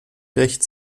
rächt